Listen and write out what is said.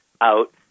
out